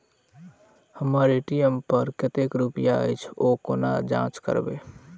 हम्मर ए.टी.एम पर कतेक रुपया अछि, ओ कोना जाँच करबै?